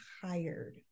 tired